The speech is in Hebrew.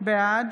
בעד